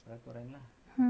mm